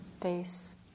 face